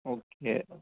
okay